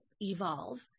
Evolve